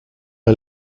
est